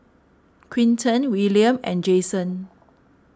Quinten Wiliam and Jason